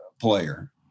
player